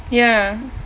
ya